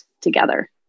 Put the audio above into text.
together